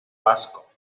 vasco